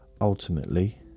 ultimately